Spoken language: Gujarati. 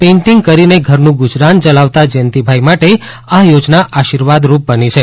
પેઇન્ટીંગ કરીને ઘરનું ગુજરાન ચલાવતા જયંતીભાઇ માટે આ યોજના આશીર્વાદરૂપ બની છે